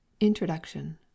Introduction